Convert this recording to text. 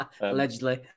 Allegedly